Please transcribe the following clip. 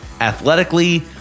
athletically